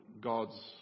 God's